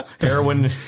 heroin